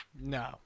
No